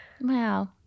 Wow